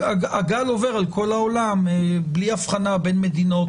הגל עובר על כל העולם בלי הבחנה בין מדינות